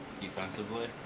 defensively